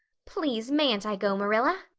please, mayn't i go, marilla?